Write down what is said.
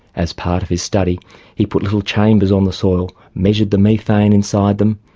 as part of his study he put little chambers on the soil, measured the methane inside them,